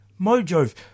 Mojo